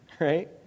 right